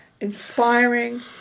inspiring